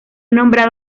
nombrado